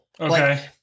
Okay